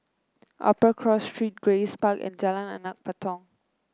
Upper Cross Street Grace Park and Jalan Anak Patong